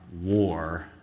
war